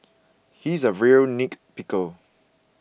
he is a really nitpicker